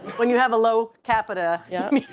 when you have a low capita yeah.